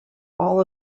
all